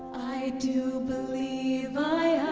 do believe i